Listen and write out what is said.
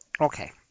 Okay